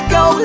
go